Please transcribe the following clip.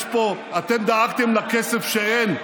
אתם דאגתם לכסף שאין?